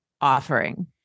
offering